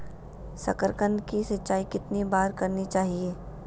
साकारकंद की सिंचाई कितनी बार करनी चाहिए?